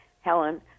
Helen